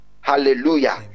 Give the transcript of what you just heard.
Hallelujah